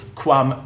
quam